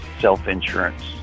self-insurance